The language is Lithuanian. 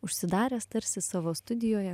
užsidaręs tarsi savo studijoje